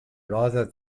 rather